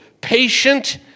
patient